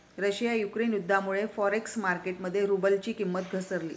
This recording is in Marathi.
रशिया युक्रेन युद्धामुळे फॉरेक्स मार्केट मध्ये रुबलची किंमत घसरली